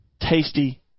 tasty